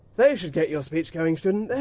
they should get your speech going, shouldn't they?